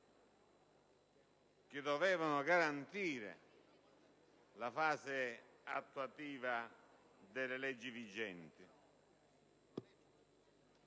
che dovevano garantire la fase attuativa delle leggi vigenti.